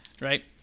right